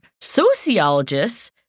Sociologists